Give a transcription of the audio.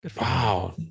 wow